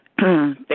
Thank